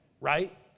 right